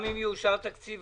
גם אם יאושר תקציב,